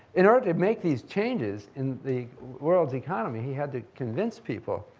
in order to make these changes in the world economy, he had to convince people.